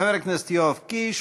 חבר הכנסת יואב קיש,